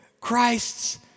Christ's